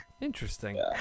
interesting